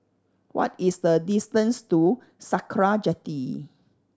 what is the distance to Sakra Jetty